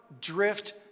drift